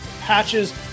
patches